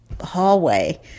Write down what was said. hallway